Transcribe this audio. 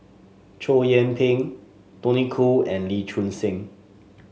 Chow Yian Ping Tony Khoo and Lee Choon Seng